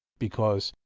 because,